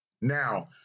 Now